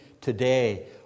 today